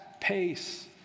pace